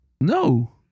No